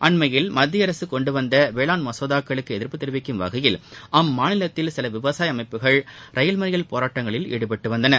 அண்மையில் மத்திய அரசு கொண்டுவந்த வேளாண் மகோதாக்களுக்கு எதிர்ப்பு தெரிவிக்கும் வகையில் அம்மாநிலத்தின் சில விவசாய அமைப்புகள் ரயில் மறியல் போராட்டங்களில் ஈடுபட்டு வந்தன